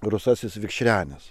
rusvasis vikšrenis